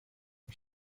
los